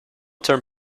term